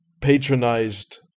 patronized